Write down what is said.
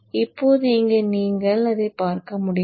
இப்போது இங்கே நீங்கள் அதை பார்க்க முடியும்